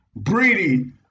Breedy